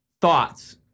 thoughts